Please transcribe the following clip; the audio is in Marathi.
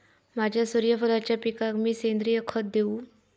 माझ्या सूर्यफुलाच्या पिकाक मी सेंद्रिय खत देवू?